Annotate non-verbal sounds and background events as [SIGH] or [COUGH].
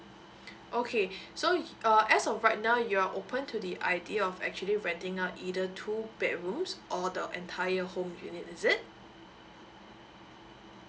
[BREATH] okay [BREATH] so ye~ uh as of right now you're open to the idea of actually renting out either two bedrooms or the entire home unit is it